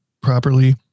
properly